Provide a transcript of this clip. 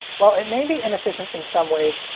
well it may be inefficient in some ways,